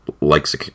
likes